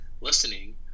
listening